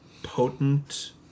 potent